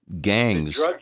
gangs